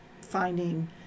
finding